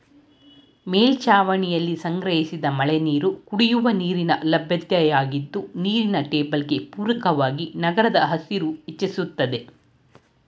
ಮೇಲ್ಛಾವಣಿಲಿ ಸಂಗ್ರಹಿಸಿದ ಮಳೆನೀರು ಕುಡಿಯುವ ನೀರಿನ ಲಭ್ಯತೆಯಾಗಿದ್ದು ನೀರಿನ ಟೇಬಲ್ಗೆ ಪೂರಕವಾಗಿ ನಗರದ ಹಸಿರು ಹೆಚ್ಚಿಸ್ತದೆ